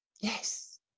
Yes